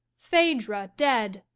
phaedra dead!